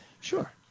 Sure